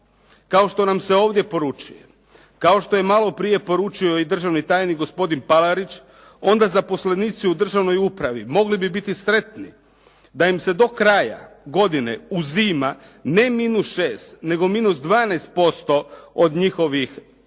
kao što nam se ovdje poručuje, kao što je malo prije poručio i državni tajnik gospodin Palarić, onda zaposlenici u državnoj upravi mogli bi biti sretni da im se do kraja godine uzima ne minus 6, nego minus 12% od njihovih plaća,